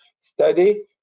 study